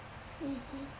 mmhmm